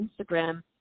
Instagram